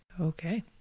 Okay